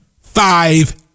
five